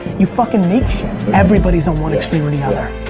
you fucking. everybody's at one extreme or the other.